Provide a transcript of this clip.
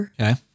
Okay